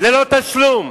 ללא תשלום.